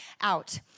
out